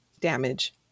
damage